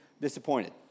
disappointed